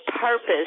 purpose